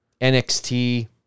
NXT